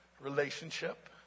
Relationship